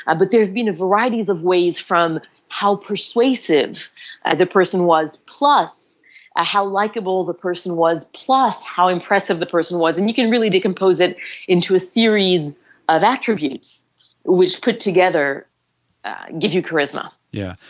ah but there has been varieties of ways from how persuasive ah the person was plus ah how likeable the person was plus how impressive the person was and you can really decompose it into a series of attributes which put together give you charisma yeah.